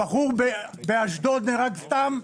הבחור באשדוד נהרג סתם.